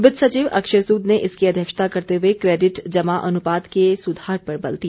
वित्त सचिव अक्षय सूद ने इसकी अध्यक्षता करते हुए क्रेडिट जमा अनुपात के सुधार पर बल दिया